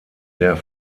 der